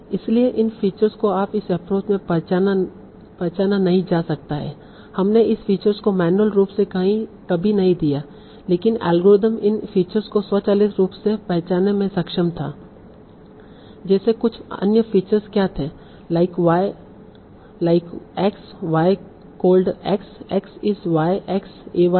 इसलिए इन फीचर को आप इस एप्रोच में पहचाना नहीं जा सकता है हमने इन फीचर को मैन्युअल रूप से कभी नहीं दिया लेकिन एल्गोरिथ्म इन फीचर को स्वचालित रूप से पहचानने में सक्षम था जैसे कुछ अन्य फीचर क्या थे like Y like X Y called X X इस Y X A Y है